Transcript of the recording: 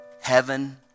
heaven